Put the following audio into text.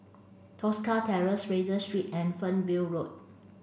Tosca Terrace Fraser Street and Fernvale Road